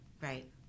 right